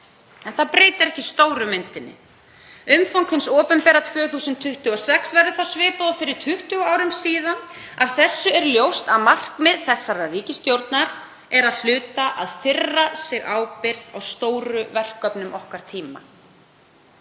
en breytir ekki stóru myndinni. Umfang hins opinbera 2026 verður þá svipað og fyrir 20 árum síðan. Af þessu er ljóst að markmið þessarar ríkisstjórnar er að hluta að firra sig ábyrgð á stóru verkefnum okkar tíma.